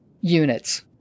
units